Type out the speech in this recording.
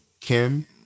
Kim